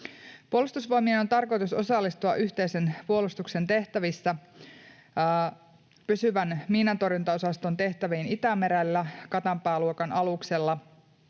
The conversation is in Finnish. Puolustusvoimien on tarkoitus osallistua yhteisen puolustuksen tehtävissä pysyvän miinantorjuntaosaston tehtäviin Itämerellä Katanpää-luokan aluksella